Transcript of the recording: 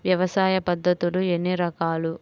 వ్యవసాయ పద్ధతులు ఎన్ని రకాలు?